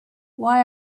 why